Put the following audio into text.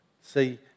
See